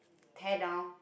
tear down